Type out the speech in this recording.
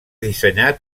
dissenyat